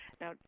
Now